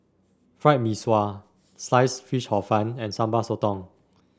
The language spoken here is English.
Fried Mee Sua Sliced Fish Hor Fun and Sambal Sotong